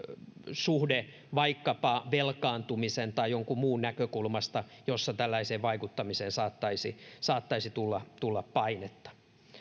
suhde vaikkapa velkaantumisen tai jonkun muun näkökulmasta jossa tällaiseen vaikuttamiseen saattaisi saattaisi tulla tulla painetta